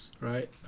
right